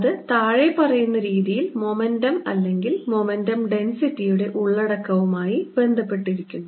അത് താഴെ പറയുന്ന രീതിയിൽ മൊമെന്റം അല്ലെങ്കിൽ മൊമെന്റം ഡെൻസിറ്റിയുടെ ഉള്ളടക്കവുമായി ബന്ധപ്പെട്ടിരിക്കുന്നു